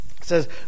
says